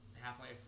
half-life